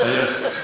היושב-ראש.